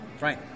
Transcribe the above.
right